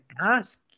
ask